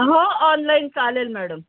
हो ऑनलाईन चालेल मॅडम